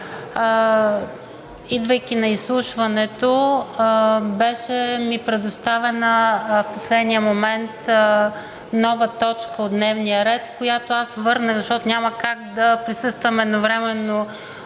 Идвайки на изслушването ми беше предоставена в последния момент нова точка от дневния ред, която аз върнах, защото няма как да присъствам едновременно